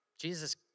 Jesus